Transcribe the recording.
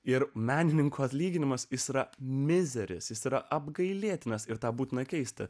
ir menininko atlyginimas yra mizeris yra apgailėtinas ir tą būtina keisti